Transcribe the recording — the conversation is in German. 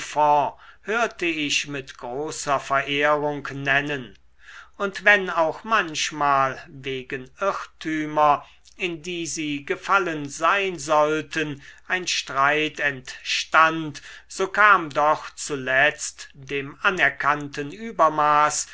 hörte ich mit großer verehrung nennen und wenn auch manchmal wegen irrtümer in die sie gefallen sein sollten ein streit entstand so kam doch zuletzt dem anerkannten übermaß